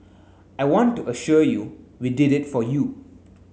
I want to assure you we did it for you